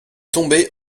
tombé